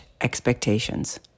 expectations